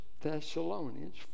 Thessalonians